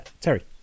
Terry